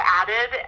added